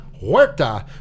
Huerta